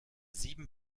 sieben